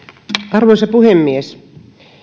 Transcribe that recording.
arvoisa puhemies